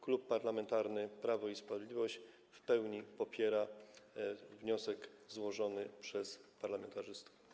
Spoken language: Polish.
Klub Parlamentarny Prawo i Sprawiedliwość w pełni popiera wniosek złożony przez parlamentarzystów.